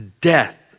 death